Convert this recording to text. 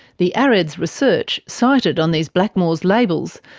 the areds research, cited on these blackmores labels,